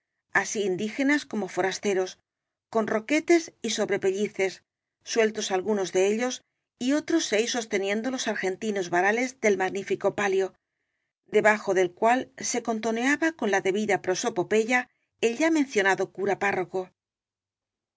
así indígenas como foras teros con roquetes y sobrepellices sueltos algunos de ellos y otros seis sosteniendo los argentinos varales del magnífico palio debajo del cual se con toneaba con la debida prosopopeya el ya mencio nado cura párroco